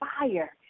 fire